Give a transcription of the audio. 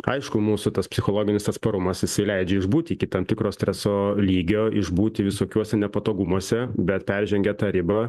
aišku mūsų tas psichologinis atsparumas jisai leidžia išbūt iki tam tikro streso lygio išbūti visokiuose nepatogumuose bet peržengę tą ribą